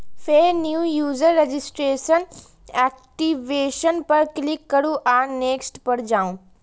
फेर new user registration, activation पर click करू आ नेक्स्ट पर जाउ